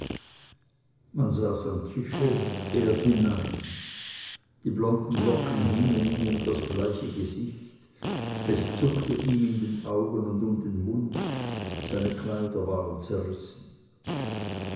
man saß am tische er hinein die blonden locken hingen ihm um das bleiche gesicht es zuckte ihm in den augen und um den mund seine kleider waren zerrissen